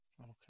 Okay